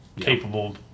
Capable